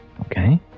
okay